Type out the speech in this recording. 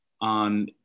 on